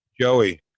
Joey